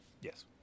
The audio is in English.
Yes